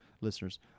Listeners